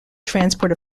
transport